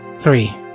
three